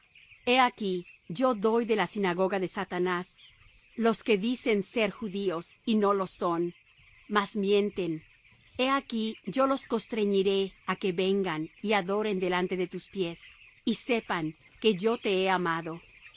he aquí yo doy de la sinagoga de satanás los que se dicen ser judíos y no lo son mas mienten he aquí yo los constreñiré á que vengan y adoren delante de tus pies y sepan que yo te he amado